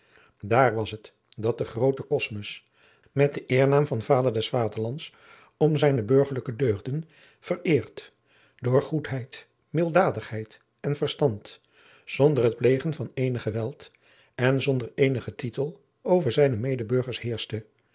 daar was het dat de groote cosmus met den eernaam van vader des vaderlands om zijne burgerlijke deugden vereerd door goedheid milddadigheid en verstand zonder het plegen van eenig geweld en zonder eenigen titel over zijne medeburgers heerschte